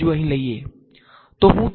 તો હું તેને શું કહી શકું